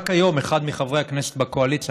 רק היום אחד מחברי הכנסת בקואליציה,